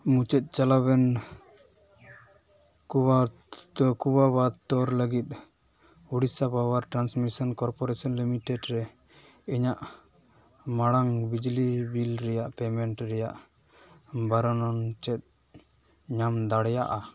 ᱢᱩᱪᱟᱹᱫ ᱪᱟᱞᱟᱣᱮᱱ ᱠᱚᱣᱟᱜ ᱴᱷᱟᱹᱶᱠᱟᱹᱣᱟᱵᱟᱫ ᱛᱚᱨ ᱞᱟᱹᱜᱤᱫ Odisha power transmission corporation limited ᱨᱮ ᱤᱧᱟᱹᱜ ᱢᱟᱲᱟᱝ ᱵᱤᱡᱽᱞᱤ ᱵᱤᱞ ᱨᱮᱭᱟᱜ ᱯᱮᱢᱮᱱᱴ ᱨᱮᱭᱟᱜ ᱵᱚᱨᱱᱚᱱ ᱪᱮᱫ ᱧᱟᱢ ᱫᱟᱲᱮᱭᱟᱜᱼᱟ